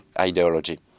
ideology